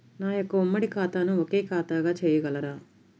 నా యొక్క ఉమ్మడి ఖాతాను ఒకే ఖాతాగా చేయగలరా?